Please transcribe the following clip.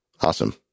Awesome